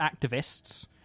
activists